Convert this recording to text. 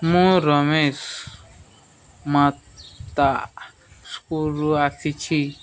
ମୁଁ ରମେଶ ମାତା ସ୍କୁଲରୁ ଆସିଛି